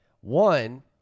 One